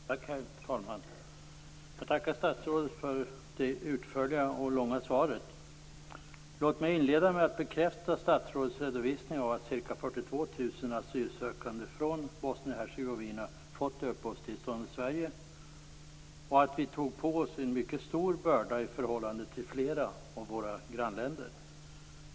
Herr talman! Jag tackar statsrådet för det utförliga och långa svaret. Låt mig inleda med att bekräfta statsrådets redovisning att 42 000 asylsökande från Bosnien-Hercegovina har fått uppehållstillstånd i Sverige och att vi tog på oss en mycket stor börda i förhållande till flera av våra grannländer.